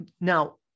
Now